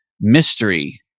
mystery